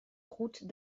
route